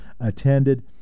attended